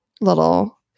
little